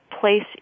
place